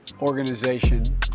organization